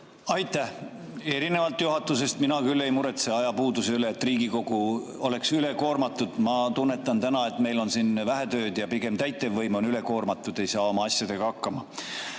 Erinevalt juhatusest mina küll ei muretse ajapuuduse üle, et Riigikogu oleks ülekoormatud. Ma tunnetan täna, et meil on siin vähe tööd ja pigem on täitevvõim ülekoormatud, ei saa oma asjadega hakkama.